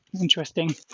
Interesting